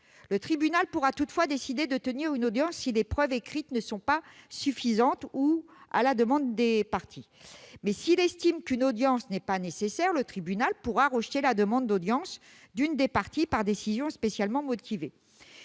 le tribunal pourra toutefois décider de tenir une audience si les preuves écrites ne sont pas suffisantes ou à la demande des parties. Mais s'il estime qu'une audience n'est pas nécessaire, le tribunal pourra rejeter la demande d'audience d'une des parties par décision spécialement motivée.